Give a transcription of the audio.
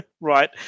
right